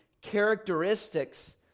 characteristics